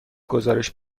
گزارش